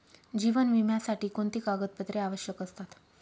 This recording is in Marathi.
जीवन विम्यासाठी कोणती कागदपत्रे आवश्यक असतात?